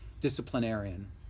disciplinarian